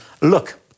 Look